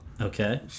Okay